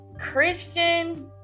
Christian